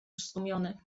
zdumiony